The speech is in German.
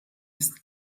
ist